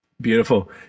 Beautiful